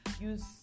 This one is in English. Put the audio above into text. use